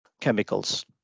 chemicals